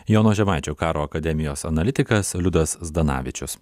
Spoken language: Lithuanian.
jono žemaičio karo akademijos analitikas liudas zdanavičius